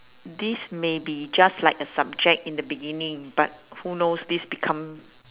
this may be just like a subject in the beginning but who knows this become